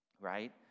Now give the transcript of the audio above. right